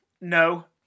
no